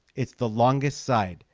it's the longest side.